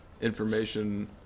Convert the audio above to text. information